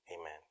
Amen